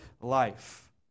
life